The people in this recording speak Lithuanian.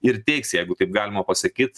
ir teiks jeigu taip galima pasakyt